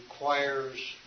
requires